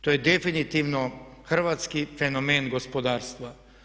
To je definitivno Hrvatski fenomen gospodarstva.